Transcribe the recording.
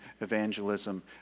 evangelism